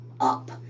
up